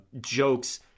jokes